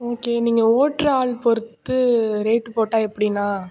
okay நீங்கள் ஓட்டுற ஆள் பொறுத்து ரேட்டு போட்டால் எப்படிண்ணா